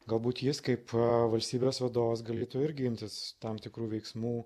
galbūt jis kaip valstybės vadovas galėtų irgi imtis tam tikrų veiksmų